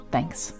Thanks